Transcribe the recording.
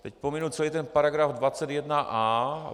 Teď pominu, co je ten § 21a.